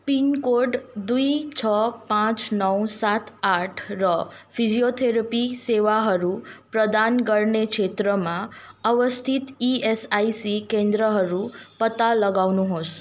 pin code दुई छ पाँच नौ सात आठ र फिजियोथेरपी सेवाहरू प्रदान गर्ने क्षेत्रमा अवस्थित इएसआइसी केन्द्रहरू पत्ता लगाउनुहोस्